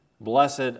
Blessed